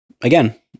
again